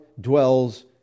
dwells